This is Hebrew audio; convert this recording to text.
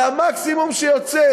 זה המקסימום שיוצא.